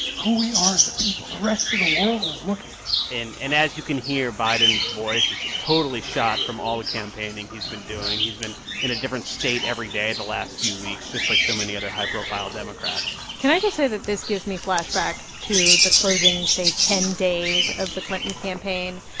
who we are as a people. the rest of the world is looking and and as you can hear, biden's voice is just totally shot from all the campaigning he's been doing. he's been in a different state every day of the last few weeks, just like so many other high-profile democrats can i just say that this gives me flashbacks to the closing, say, ten days of the clinton campaign,